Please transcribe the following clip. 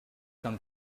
comme